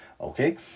okay